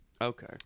okay